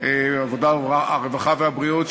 הרווחה והבריאות,